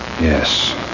Yes